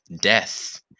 Death